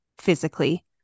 physically